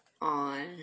on